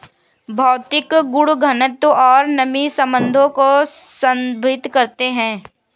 भौतिक गुण घनत्व और नमी संबंधों को संदर्भित करते हैं